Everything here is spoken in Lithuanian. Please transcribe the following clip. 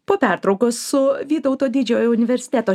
po pertraukos su vytauto didžiojo universiteto